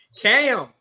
Cam